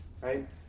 Right